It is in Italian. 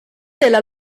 della